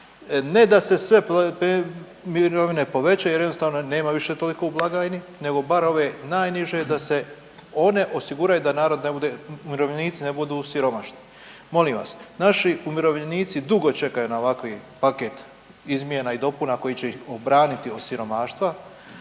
ne da se sve mirovine povećaju jer jednostavno nema više toliko u blagajni nego bar ove najniže da se one osiguraju da narod ne bude, umirovljenici ne budu siromašni. Molim vas, naši umirovljenici dugo čekaju na ovakav paket izmjena i dopuna koji će ih obraniti od siromaštva,